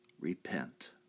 Repent